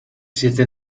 siete